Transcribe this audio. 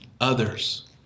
others